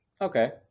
Okay